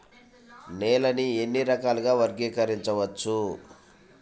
నేలని ఎన్ని రకాలుగా వర్గీకరించవచ్చు?